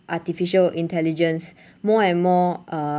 artificial intelligence more and more